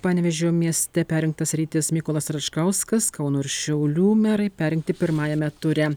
panevėžio mieste perrinktas rytis mykolas račkauskas kauno ir šiaulių merai perrinkti pirmajame ture